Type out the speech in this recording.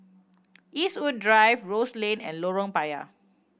Eastwood Drive Rose Lane and Lorong Payah